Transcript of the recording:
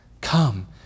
Come